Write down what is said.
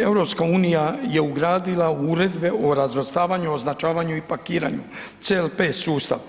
EU je ugradila u uredbe o razvrstavanju, označavanju i pakiranju CLP sustav.